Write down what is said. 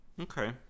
Okay